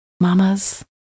Mamas